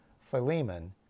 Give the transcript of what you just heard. Philemon